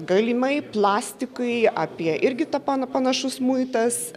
galimai plastikai apie irgi tapa panašus muitas